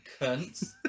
cunts